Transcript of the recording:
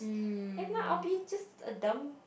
if not I be just a dumb